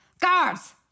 Guards